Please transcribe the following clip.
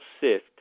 sift